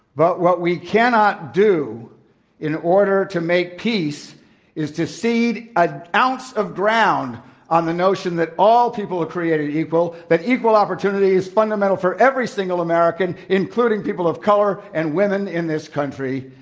but what we cannot do in order to make peace is to cede an ounce of ground on the notion that all people are created equal, that equal opportunity is fundamental for every single american, including people of color and women in this country,